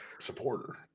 supporter